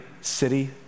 city